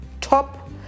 top